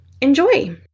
enjoy